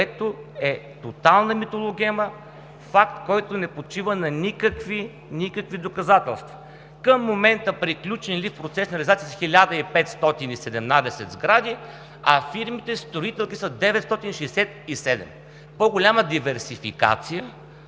което е тотална митологема, факт, който не почива на никакви доказателства. Към момента приключени или са в процес на реализация 1517 сгради, а фирмите-строителки са 967? По-голяма диверсификация